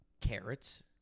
carrots